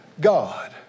God